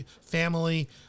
family